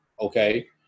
okay